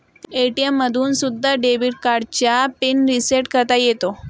ATM मधून सुद्धा debit कार्डचा पिन रिसेट करता येतो